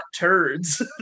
turds